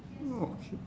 okay